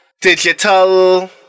digital